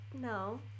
No